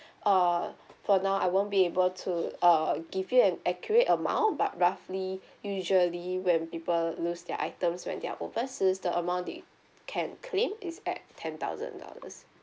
uh for now I won't be able to uh give you an accurate amount but roughly usually when people lose their items when they're overseas the amount they can claim is at ten thousand dollars